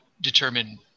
determine